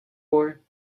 war